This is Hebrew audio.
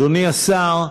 אדוני השר,